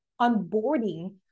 onboarding